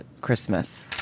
Christmas